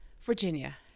Virginia